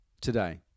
today